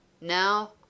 Now